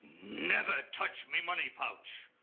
never touch me money pouch.